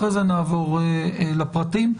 אחר כך נעבור לפרטים.